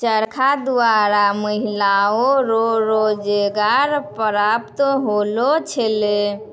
चरखा द्वारा महिलाओ रो रोजगार प्रप्त होलौ छलै